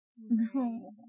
no